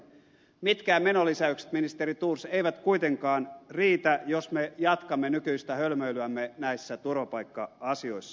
mitkään menolisäykset ministeri thors eivät kuitenkaan riitä jos me jatkamme nykyistä hölmöilyämme näissä turvapaikka asioissa